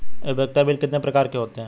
उपयोगिता बिल कितने प्रकार के होते हैं?